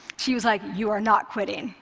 she was like, you are not quitting,